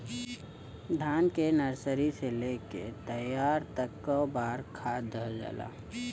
धान के नर्सरी से लेके तैयारी तक कौ बार खाद दहल जाला?